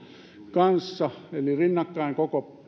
kanssa eli rinnakkain koko